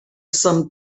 some